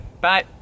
Bye